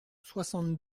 soixante